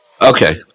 Okay